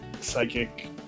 psychic